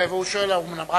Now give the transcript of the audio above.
והוא שואל: האומנם?